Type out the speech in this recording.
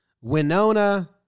Winona